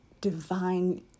divine